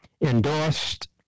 endorsed